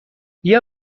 بیا